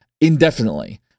indefinitely